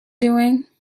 doing